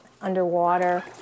underwater